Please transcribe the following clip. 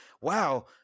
Wow